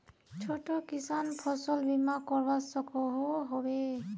छोटो किसान फसल बीमा करवा सकोहो होबे?